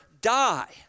die